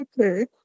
Okay